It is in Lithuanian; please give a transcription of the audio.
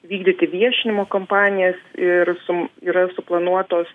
vykdyti viešinimo kampanijas ir sum yra suplanuotos